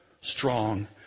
strong